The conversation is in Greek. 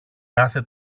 κάθε